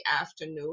afternoon